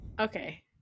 Okay